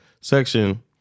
Section